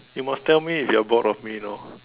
you must tell me if you are bored of me you know